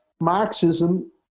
Marxism